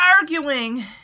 arguing